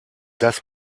das